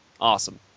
awesome